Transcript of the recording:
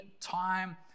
time